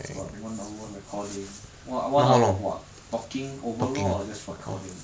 but one hour recording !wah! one hour of what talking overall or just recording